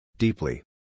Deeply